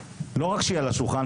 לא רק שיהיה על השולחן,